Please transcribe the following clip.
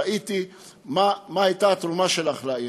ראיתי מה הייתה התרומה שלך לעיר,